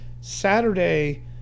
Saturday